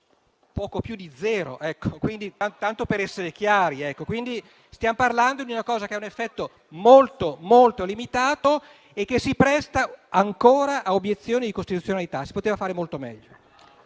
poco più di zero, tanto per essere chiari. Stiamo parlando di una cosa che ha un effetto molto limitato e che si presta ancora a obiezioni di costituzionalità. Si poteva fare molto meglio.